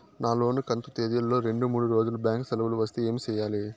నా లోను కంతు తేదీల లో రెండు మూడు రోజులు బ్యాంకు సెలవులు వస్తే ఏమి సెయ్యాలి?